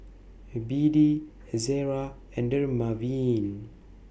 B D Ezerra and Dermaveen